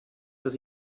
dass